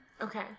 Okay